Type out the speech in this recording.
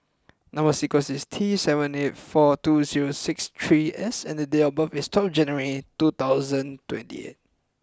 number sequence is T seven eight four two zero six three S and date of birth is twelve January two thousand twenty eight